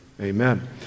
amen